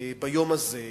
ביום הזה,